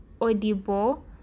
audible